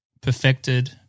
perfected